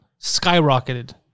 skyrocketed